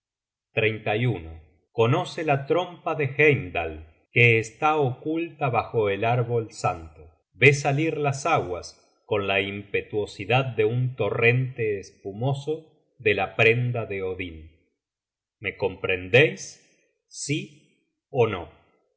freya content from google book search generated at está oculta bajo el árbol santo ve salir las aguas con la impetuosidad de un torrente espumoso de la prenda de odin me comprendeis sí ó no